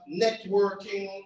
networking